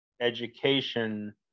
education